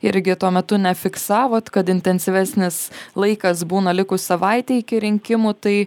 irgi tuo metu nefiksavot kad intensyvesnis laikas būna likus savaitei iki rinkimų tai